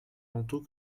manteau